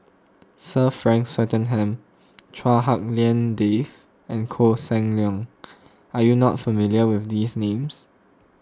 Sir Frank Swettenham Chua Hak Lien Dave and Koh Seng Leong are you not familiar with these names